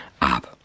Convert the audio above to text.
up